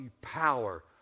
power